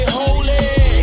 holy